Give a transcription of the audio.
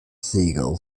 siegel